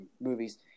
movies